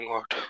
God